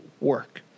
work